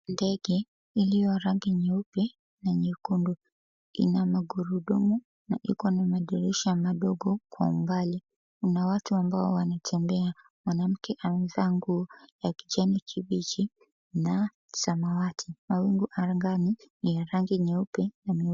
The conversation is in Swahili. Ndege iliyo rangi nyeupe na nyekundu ina magurudumu na iko na madirisha madogo kwa umbali. Kuna watu ambao wanatembea. Mwanamke amevaa nguo la kijani kibichi na samawati. Mawingu angani ni ya rangi nyeupe.